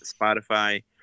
Spotify